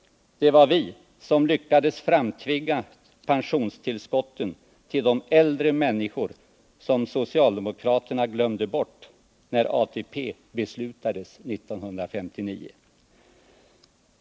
Det var vi som lyckades framtvinga pensionstillskotten till de äldre människor som socialdemokraterna glömde bort när ATP beslutades 1959.